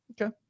okay